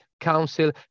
council